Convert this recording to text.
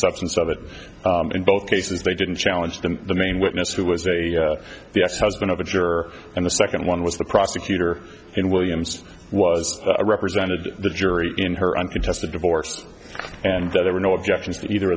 substance of it in both cases they didn't challenge them the main witness who was a the ex husband of a juror and the second one was the prosecutor and williams was represented the jury in her uncontested divorced and there were no objections to either